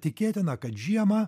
tikėtina kad žiemą